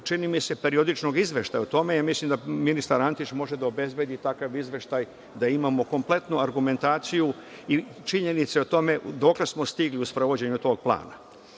čini mi se, periodičnog izveštaja. O tome mislim da ministar Antić može da obezbedi takav izveštaj da imamo kompletnu argumentaciju i činjenice o tome dokle smo stigli u sprovođenju tog plana.